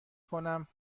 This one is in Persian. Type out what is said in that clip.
کنم